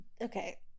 Okay